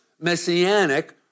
messianic